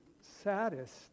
saddest